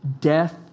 Death